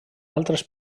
altres